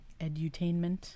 edutainment